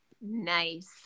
Nice